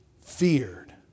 feared